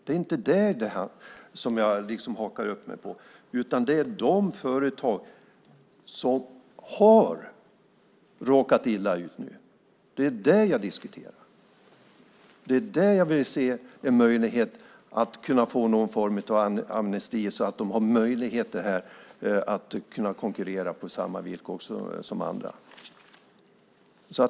Det är inte det som jag hakar upp mig på, utan det jag diskuterar är de företag som har råkat illa ut. Jag vill se en möjlighet för dem till någon form av amnesti, så att de har möjligheter att konkurrera på samma villkor som andra.